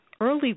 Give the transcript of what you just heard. early